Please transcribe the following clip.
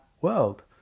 world